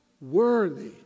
worthy